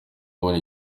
abona